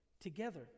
together